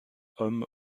hommes